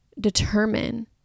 determine